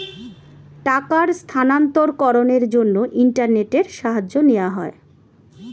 টাকার স্থানান্তরকরণের জন্য ইন্টারনেটের সাহায্য নেওয়া হয়